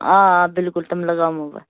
آ آ بِلکُل تِم لاگامو بہٕ